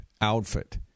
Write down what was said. outfit